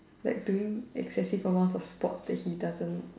like doing excessive amounts of sports that he doesn't